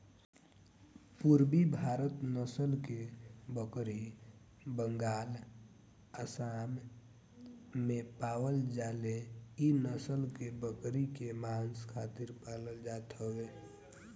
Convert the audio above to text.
पुरबी भारत नसल के बकरी बंगाल, आसाम में पावल जाले इ नसल के बकरी के मांस खातिर पालल जात हवे